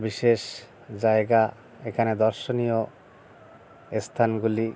বিশেষ জায়গা এখানে দশ্যনীয় এস্থানগুলি